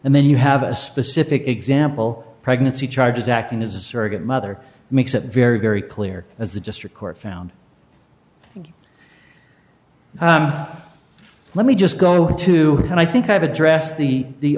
and then you have a specific example pregnancy charges acting as a surrogate mother makes it very very clear as the district court found let me just go to and i think i've addressed the the